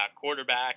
quarterback